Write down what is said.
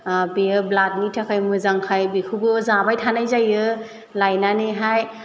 बेयो ब्लाडनि थाखाय मोजांखाय बेखौबो जाबाय थानाय जायो लायनानैहाय